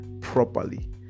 properly